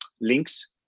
links